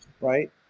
right